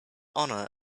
honour